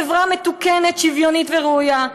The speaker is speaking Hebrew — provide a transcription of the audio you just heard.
חברה מתוקנת שוויונית וראויה.